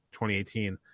2018